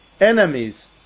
enemies